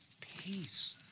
Peace